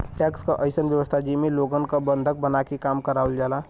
tax क अइसन व्यवस्था जेमे लोगन क बंधक बनाके काम करावल जाला